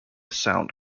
sound